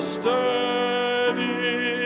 steady